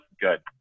good